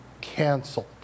canceled